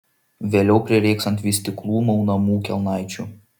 vėliau prireiks ant vystyklų maunamų kelnaičių